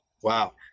wow